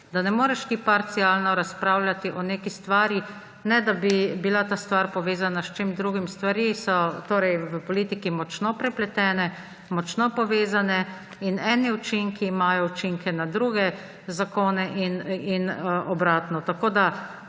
da ne moreš ti parcialno razpravljati o neki stvari, ne da bi bila ta stvar povezana s čim drugim. Stvari so torej v politiki močno prepletene, močno povezane in eni učinki imajo učinke na druge zakone in obratno. Mene